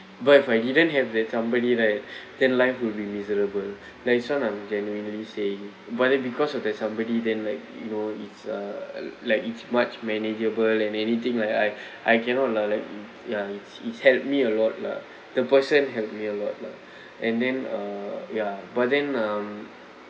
but if I didn't have that company right then life will be miserable like this [one] I'm genuinely saying but then because of the somebody then like you know it's a like it's much manageable and anything like I I cannot lah like ya it's it helped me a lot lah the person helped me a lot lah and then uh ya but then um